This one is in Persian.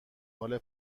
حال